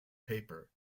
paper